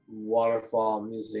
waterfallmusic